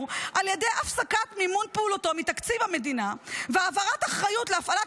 על ידי הפסקת מימון פעולתו מתקציב המדינה והעברת אחריות להפעלת